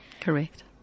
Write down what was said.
Correct